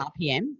rpm